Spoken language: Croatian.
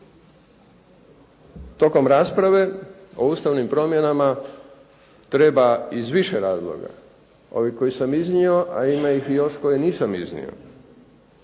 tokom rasprave o ustavnim promjenama treba iz više razloga, ove koje sam iznio a ima ih i još koje nisam iznio,